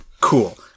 Cool